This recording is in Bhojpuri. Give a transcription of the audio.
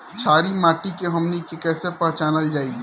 छारी माटी के हमनी के कैसे पहिचनल जाइ?